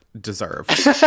deserved